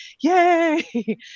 yay